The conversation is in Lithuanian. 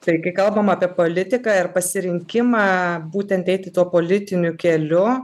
tai kai kalbam apie politiką ir pasirinkimą būtent eiti tuo politiniu keliu